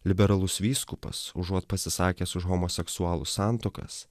liberalus vyskupas užuot pasisakęs už homoseksualų santuokas